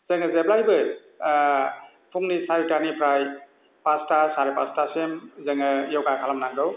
जोङो जेब्लायबो फुंनि सारिथानिफ्राय फासथा साराय फासथासिम जोङो योगा खालाम नांगौ